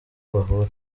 bahura